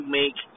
make